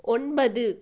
ஒன்பது